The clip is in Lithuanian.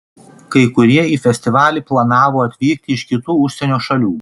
kai kurie į festivalį planavo atvykti iš kitų užsienio šalių